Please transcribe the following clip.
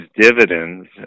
dividends